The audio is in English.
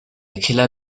killer